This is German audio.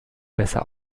besser